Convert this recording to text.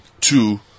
Two